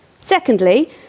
Secondly